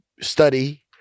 study